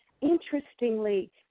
Interestingly